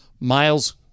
Miles